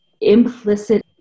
implicit